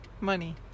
Money